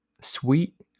sweet